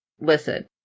Listen